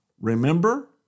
remember